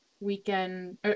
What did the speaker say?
Weekend